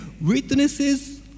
witnesses